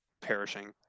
perishing